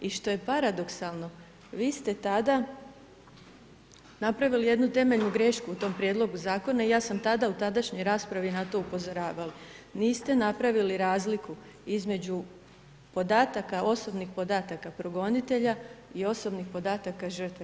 I što je paradoksalno vi ste tada napravili jednu temeljnu grešku u tom prijedlogu zakona i ja sam tada u tadašnjoj raspravi na to upozoravala, niste napravili razliku između osobnih podataka progonitelja i osobnih podataka žrtve.